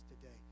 today